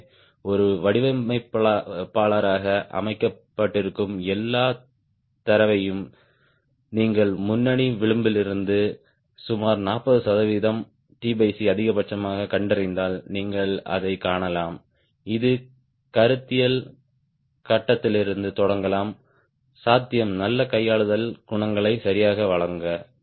எனவே ஒரு வடிவமைப்பாளராக அமைக்கப்பட்டிருக்கும் எல்லா தரவையும் நீங்கள் லீடிங் எட்ஜ்லிருந்து சுமார் 40 சதவிகிதம் அதிகபட்சமாகக் கண்டறிந்தால் நீங்கள் அதைக் காணலாம் இது கருத்தியல் கட்டத்திலிருந்து தொடங்கலாம் சாத்தியம் நல்ல கையாளுதல் குணங்களை சரியாக வழங்க